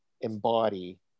embody